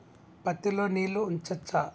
పత్తి లో నీళ్లు ఉంచచ్చా?